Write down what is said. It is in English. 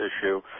issue